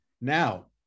now